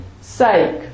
sake